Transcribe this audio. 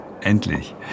Endlich